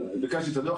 ביקשתי את הדוח,